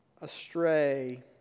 astray